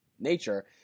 nature